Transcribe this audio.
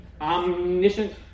Omniscient